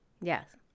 Yes